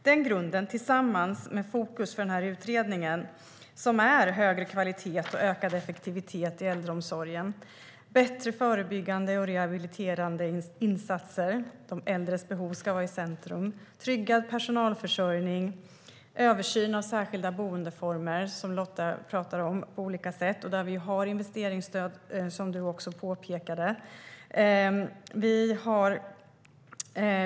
Den grunden lägger vi tillsammans med fokus för den här utredningen, som är högre kvalitet och ökad effektivitet i äldreomsorgen, bättre förebyggande och rehabiliterande insatser där de äldres behov ska vara i centrum, tryggad personalförsörjning och översyn av särskilda boendeformer, som Lotta pratar om, på olika sätt. Där har vi investeringsstöd, som hon också pekade på.